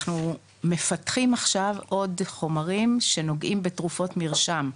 אנחנו מפתחים עכשיו עוד חומרים שנוגעים בתרופות מרשם,